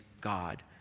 God